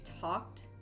talked